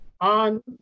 on